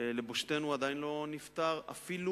לבושתנו, אפילו